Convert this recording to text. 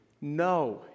no